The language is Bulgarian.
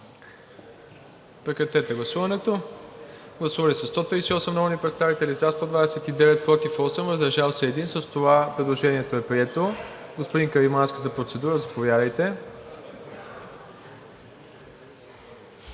Министерският съвет. Гласували 138 народни представители: за 129, против 8, въздържал се 1. С това предложението е прието. Господин Каримански, за процедура, заповядайте.